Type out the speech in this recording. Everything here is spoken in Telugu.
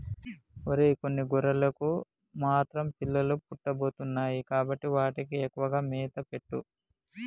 ఒరై కొన్ని గొర్రెలకు మాత్రం పిల్లలు పుట్టబోతున్నాయి కాబట్టి వాటికి ఎక్కువగా మేత పెట్టు